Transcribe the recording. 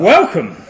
Welcome